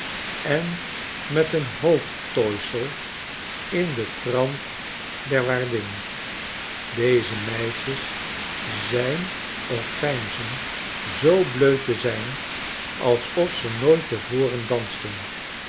en met een hoofdtooisel in den trant der waardin deze meisjes zijn of veinzen zoo bleu te zijn alsof ze nooit te voren dansten